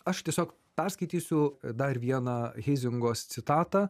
aš tiesiog perskaitysiu dar vieną heizingos citatą